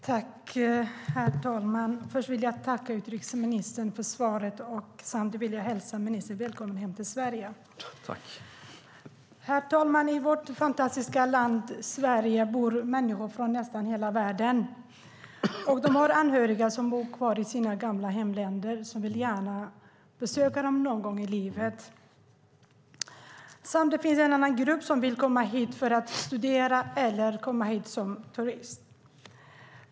Herr talman! Först vill jag tacka utrikesministern för svaret. Samtidigt vill jag hälsa ministern välkommen hem till Sverige. Herr talman! I vårt fantastiska land Sverige bor människor från nästan hela världen. De har anhöriga som bor kvar i sina gamla hemländer och som gärna vill besöka dem någon gång i livet. Samtidigt finns en annan grupp som vill komma hit för att studera eller som turister.